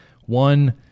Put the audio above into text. one